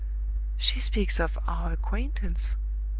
she speaks of our acquaintance